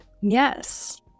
Yes